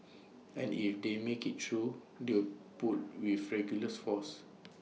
and if they make IT through they'll put with regulars forces